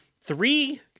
three